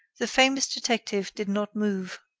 the famous detective did not move.